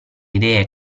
idee